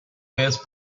waves